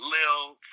Lil